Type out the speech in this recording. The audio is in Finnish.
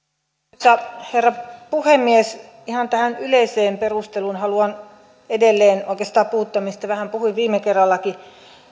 arvoisa rouva puhemies ihan tähän yleiseen perusteluun haluan edelleen oikeastaan puuttua mistä vähän puhuin viime kerrallakin